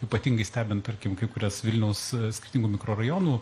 ypatingai stebint tarkim kai kurias vilniaus skirtingų mikrorajonų